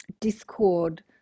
discord